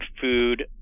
food